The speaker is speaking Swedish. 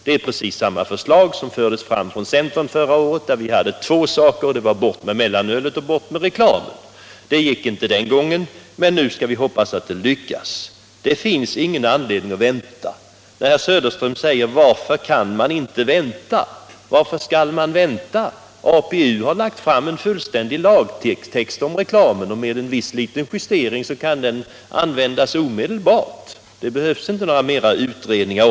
Det är precis samma förslag som fördes fram från centern förra året. Vi hade då två förslag: bort med mellanölet och bort med reklamen! Något reklamförbud kunde vi inte få den gången, men nu skall vi hoppas att det lyckas. Det finns ingen anledning att vänta. Herr Söderström frågade: Varför kan man inte vänta? Jag vill ställa en motfråga: Varför skall man vänta? APU har lagt fram ett fullständigt förslag till lagtext när det gäller ett förbud mot reklam. Med en viss liten justering kan den lagtexten användas omedelbart, och det behövs alltså inte några ytterligare utredningar.